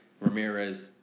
Ramirez